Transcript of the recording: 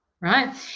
right